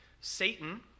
Satan